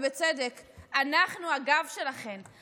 ובצדק: אנחנו הגב שלכן,